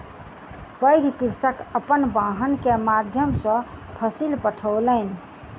पैघ कृषक अपन वाहन के माध्यम सॅ फसिल पठौलैन